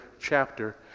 chapter